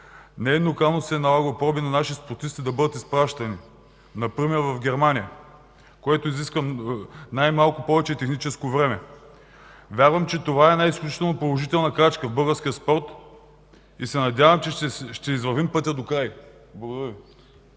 Нееднократно се е налагало проби на наши спортисти да бъдат изпращани например в Германия, което изисква най-малкото повече техническо време. Вярвам, че това е една изключително положителна крачка в българския спорт и се надявам, че ще извървим пътя докрай. Благодаря.